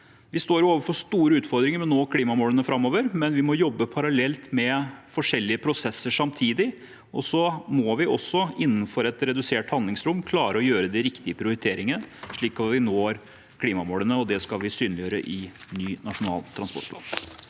Vi står overfor store utfordringer med å nå klimamålene framover, men vi må jobbe parallelt med forskjellige prosesser samtidig. Så må vi også, innenfor et redusert handlingsrom, klare å gjøre de riktige prioriteringene slik at vi når klimamålene, og det skal vi synliggjøre i ny Nasjonal transportplan.